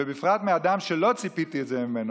בפרט מאדם שלא ציפיתי ממנו,